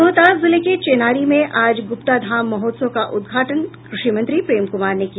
रोहतास जिले के चेनारी में आज गुप्ता धाम महोत्सव का उद्घाटन कृषि मंत्री प्रेम कुमार ने किया